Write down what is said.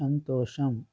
సంతోషం